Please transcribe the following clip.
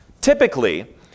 typically